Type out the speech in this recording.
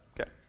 Okay